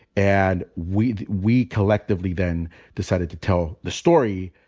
and we we collectively then decided to tell the story.